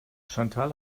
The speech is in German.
chantal